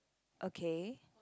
okay